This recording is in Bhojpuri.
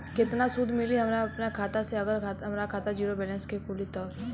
केतना सूद मिली हमरा अपना खाता से अगर हमार खाता ज़ीरो बैलेंस से खुली तब?